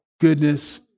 goodness